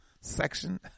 section